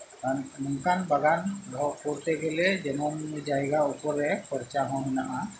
ᱟᱨ ᱱᱚᱝᱠᱟᱱ ᱵᱟᱜᱟᱱ ᱫᱚᱦᱚ ᱠᱚᱨᱛᱮ ᱜᱮᱞᱮ ᱡᱮᱢᱚᱱ ᱡᱟᱭᱜᱟ ᱩᱯᱚᱨ ᱨᱮ ᱠᱷᱚᱨᱪᱟ ᱦᱚᱸ ᱢᱮᱱᱟᱜᱼᱟ